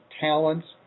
talents